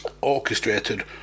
orchestrated